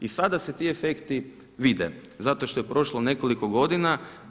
I sada se ti efekti vide zato što je prošlo nekoliko godina.